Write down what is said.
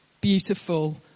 beautiful